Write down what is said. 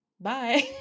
Bye